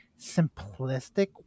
simplistic